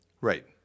Right